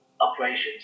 operations